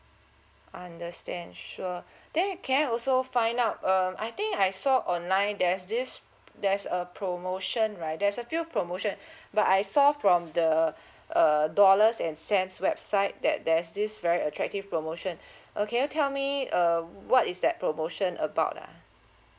understand sure then I can also find out um I think I saw online there's this there's a promotion right there's a few promotion but I saw from the err dollars and cents website that there's this very attractive promotion uh can you tell me uh what is that promotion about ah